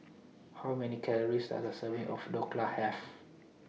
How Many Calories Are A Serving of Dhokla Have